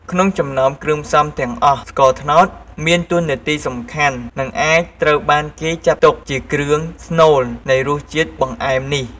ក្នុងចំណោមគ្រឿងផ្សំទាំងអស់ ស្ករត្នោត មានតួនាទីសំខាន់ និងអាចត្រូវបានគេចាត់ទុកជាគ្រឿងស្នូលនៃរសជាតិបង្អែមនេះ។